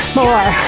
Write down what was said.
more